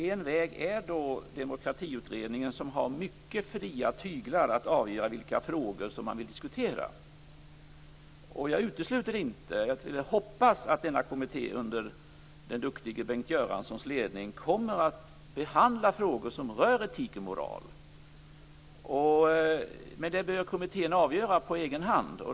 En väg är Demokratiutredningen, som har mycket fria tyglar att avgöra vilka frågor som man vill diskutera. Jag utesluter inte utan hoppas att denna kommitté, under den duktige Bengt Göranssons ledning, kommer att behandla frågor som rör etik och moral. Men det bör kommittén avgöra på egen hand.